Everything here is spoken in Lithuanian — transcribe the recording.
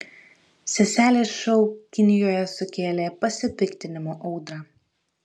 seselės šou kinijoje sukėlė pasipiktinimo audrą